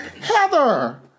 Heather